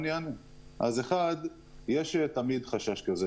יש חשש כזה,